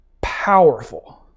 powerful